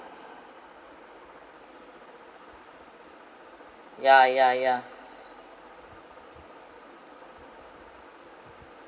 yeah yeah yeah